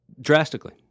Drastically